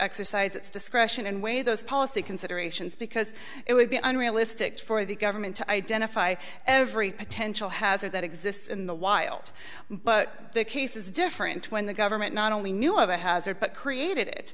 exercise its discretion and weigh those policy considerations because it would be unrealistic for the government to identify every potential hazard that in the wild but the case is different when the government not only knew of the hazard but created it